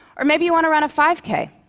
or maybe you want to run a five k.